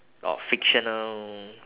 or fictional